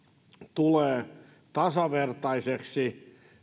tulee tasavertaiseksi